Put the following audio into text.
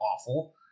awful